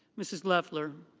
mrs. leffler.